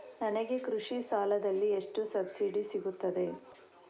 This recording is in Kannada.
ನನಗೆ ಕೃಷಿ ಸಾಲದಲ್ಲಿ ಎಷ್ಟು ಸಬ್ಸಿಡಿ ಸೀಗುತ್ತದೆ?